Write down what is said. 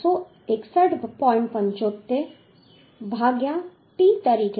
75 ભાગ્યા t તરીકે મળશે